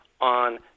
on